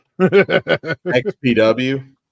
XPW